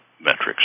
metrics